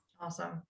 awesome